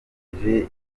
yatangije